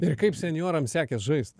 ir kaip senjorams sekės žaist